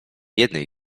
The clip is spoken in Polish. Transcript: jednej